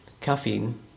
Caffeine